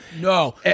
No